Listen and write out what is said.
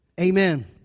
amen